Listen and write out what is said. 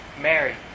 Mary